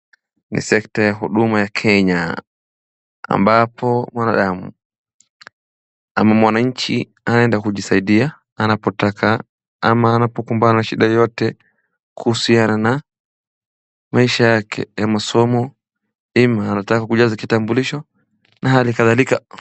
Ni sekta ya huduma kenya ambapo mwanadamu ama mwananchi anaenda kujisaidia ,anapotaka ama anapokumbana na shida yeyote kuhusiana na maisha yake ya masomo ama anataka kujaza kitambulisho na hali kadhalika